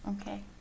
Okay